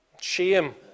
shame